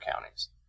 counties